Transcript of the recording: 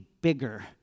bigger